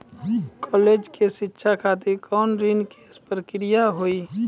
College के शिक्षा खातिर कौन ऋण के प्रक्रिया हुई?